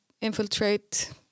infiltrate